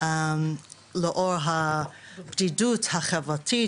לאור הבדידות החברתית,